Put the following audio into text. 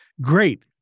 Great